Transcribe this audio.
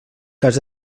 cas